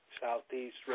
Southeast